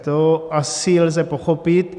To asi lze pochopit.